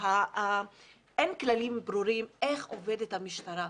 אין כללים ברורים איך עובדת המשטרה,